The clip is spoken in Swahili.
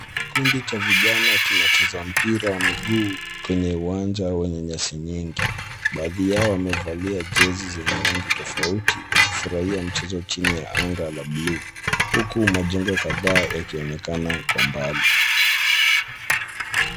Kikundi cha vijana kinacheza mpira wa miguu kwenye uwanja wenye nyasi nyingi. Baadhi yao wamevalia jezi zenye rangi tofauti, wakifurahia mchezo chini ya anga la buluu uku majengo kadhaa yakionekana kwa mbali.